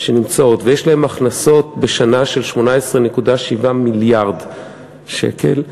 שנמצאות ויש להן הכנסות בשנה של 18.7 מיליארד שקל,